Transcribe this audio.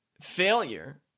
failure